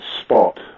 spot